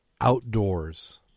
outdoors